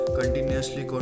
continuously